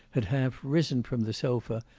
had half risen from the sofa,